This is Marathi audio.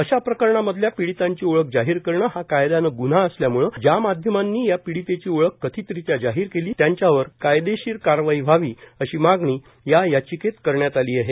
अशा प्रकरणांमधल्या पीडितांची ओळख जाहीर करणं हा कायद्यानं ग्न्हा असल्याम्ळे ज्या माध्यमांनी या पीडितेची ओळख कथितरीत्या जाहीर केली त्यांच्यावर कायदेशीर कारवाई व्हावी अशी मागणी या याचिकेत करण्यात आली आहे